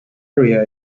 area